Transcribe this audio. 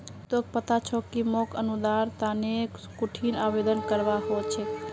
की तोक पता छोक कि मोक अनुदानेर तने कुंठिन आवेदन करवा हो छेक